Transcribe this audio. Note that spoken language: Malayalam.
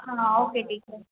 ആ ഓക്കെ ടീച്ചർ